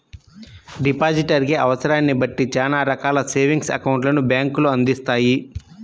depositor కి అవసరాన్ని బట్టి చానా రకాల సేవింగ్స్ అకౌంట్లను బ్యేంకులు అందిత్తాయి